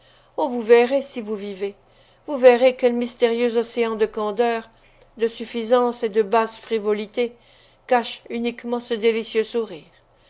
oh vous verrez si vous vivez vous verrez quels mystérieux océans de candeur de suffisance et de basse frivolité cache uniquement ce délicieux sourire